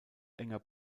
enger